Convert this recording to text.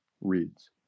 reads